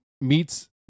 meets